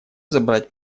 забрать